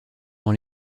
dans